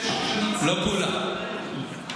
לא כולה.